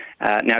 Now